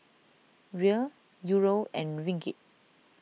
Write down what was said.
Riel Euro and Ringgit